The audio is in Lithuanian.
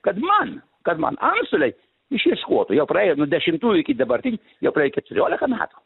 kad man kad man antstoliai išieškotų jau praėjo nuo dešimtų iki dabartinių jau praėjo keturiolika metų